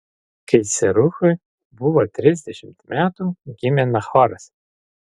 kai seruchui buvo trisdešimt metų gimė nachoras